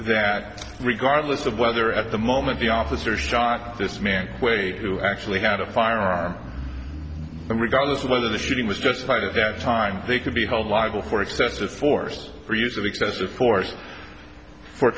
that regardless of whether at the moment the officer shot this man way who actually had a firearm regardless of whether the shooting was justified event time they could be held liable for excessive force or use of excessive force for